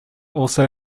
also